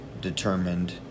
determined